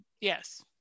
Yes